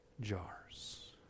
jars